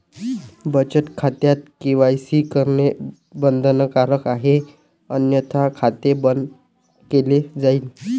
बचत खात्यात के.वाय.सी करणे बंधनकारक आहे अन्यथा खाते बंद केले जाईल